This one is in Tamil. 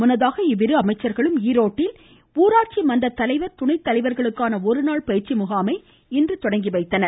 முன்னதாக இரு அமைச்சர்களும் ஈரோடில் ஊராட்சி மன்ற தலைவர் துணை தலைவர்களுக்கான ஒரு நாள் பயிற்சி முகாமை இன்று தொடங்கி வைத்தன்